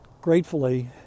gratefully